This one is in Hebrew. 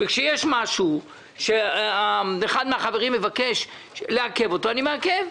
כשיש משהו שאחד מהחברים מבקש לעכב אני מעכב.